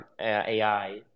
AI